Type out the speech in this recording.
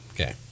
Okay